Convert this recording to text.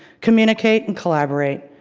communicate and collaborate.